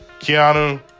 Keanu